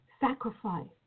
sacrifice